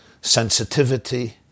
sensitivity